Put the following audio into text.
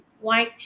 white